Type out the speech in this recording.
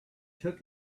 took